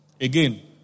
Again